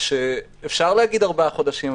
אפשר להגיד: ארבעה חודשים,